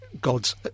God's